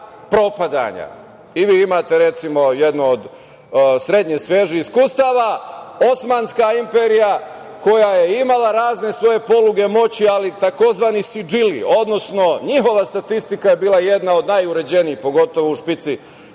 Vi imate, recimo, jedno od srednje svežih iskustava, Osmanska imperija koja je imala razne svoje poluge moći, ali tzv. sidžili, odnosno njihova statistika je bila jedna od najuređenijih, pogotovo u špici